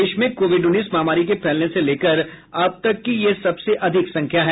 देश में कोविड उन्नीस महामारी के फैलने से लेकर अब तक की यह सबसे अधिक संख्या है